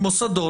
מוסדות,